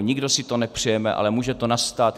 Nikdo si to nepřejeme, ale může to nastat.